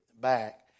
back